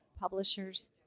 publishers